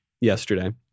yesterday